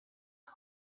are